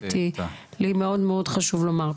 לי מאוד חשוב לומר,